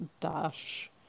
Dash